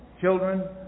children